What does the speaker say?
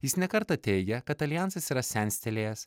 jis ne kartą teigė kad aljansas yra senstelėjęs